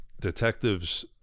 detectives